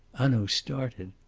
hanaud started.